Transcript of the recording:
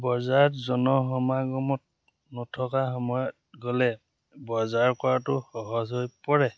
বজাৰত জনসমাগমত নথকা সময়ত গ'লে বজাৰ কৰাটো সহজ হৈ পৰে